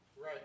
Right